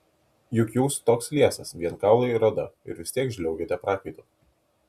juk jūs toks liesas vien kaulai ir oda ir vis tiek žliaugiate prakaitu